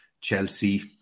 Chelsea